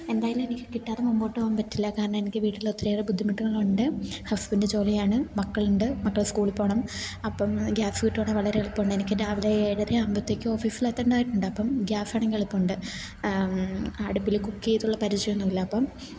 എന്തായാലും എനിക്ക് കിട്ടാതെ മുമ്പോട്ട് പോവാൻ പറ്റില്ല കാരണം എനിക്ക് വീട്ടില് ഒത്തിരിയേറെ ബുദ്ധിമുട്ടുകളുണ്ട് ഹസ്ബൻഡ് ജോലിയാണ് മക്കളുണ്ട് മക്കള് സ്കൂള് പോകണം അപ്പം ഗ്യാസ് കിട്ടുവാണേൽ വളരെ എളുപ്പുണ്ട് എനിക്ക് രാവിലെ ഏഴര ആകുമ്പത്തേക്ക് ഓഫീസിലെത്തണ്ടതായിട്ടുണ്ട് അപ്പം ഗ്യാസാണെങ്കിൽ എളുപ്പമുണ്ട് അടുപ്പില് കുക്ക് ചെയ്തുള്ള പരിചയമൊന്നും ഇല്ല അപ്പം